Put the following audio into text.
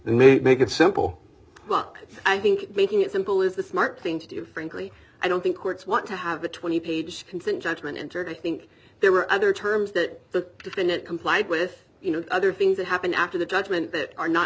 and make it simple luck i think making it simple is the smart thing to do frankly i don't think courts want to have a twenty page consent judgment entered i think there were other terms that the defendant complied with you know other things that happened after the judgment that are not